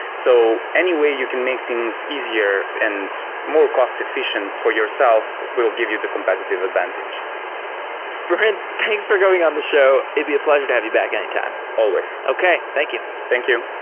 so anyway you can make things easier and more cost efficient for yourself will give you the competitive advantage marin, thanks for coming on the show. it'd be a pleasure to have you back anytime always okay. thank you thank you.